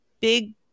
big